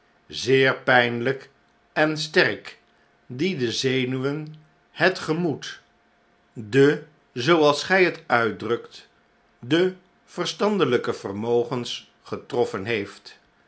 zeer pijnlyk en sterk die de zenuwen het gemoed de zooals gy het uitdrukt de verstandelyke vermogens getroffen heeft